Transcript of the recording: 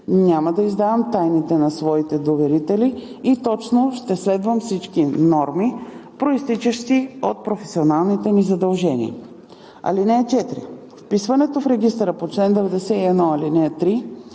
няма да издавам тайните на своите доверители и точно ще следвам всички норми, произтичащи от професионалните ми задължения.“ (4) Вписването в регистъра по чл. 91, ал. 3